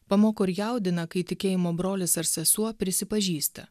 pamoko ir jaudina kai tikėjimo brolis ar sesuo prisipažįsta